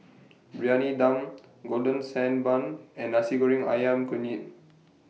Briyani Dum Golden Sand Bun and Nasi Goreng Ayam Kunyit